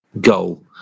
goal